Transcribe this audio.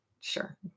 sure